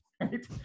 Right